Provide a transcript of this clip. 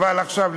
אבל עכשיו,